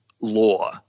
law